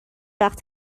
وقت